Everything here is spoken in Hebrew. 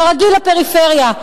כרגיל, הפריפריה.